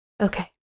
Okay